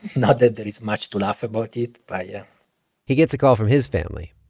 not that there is much to laugh about it, but yeah he gets a call from his family.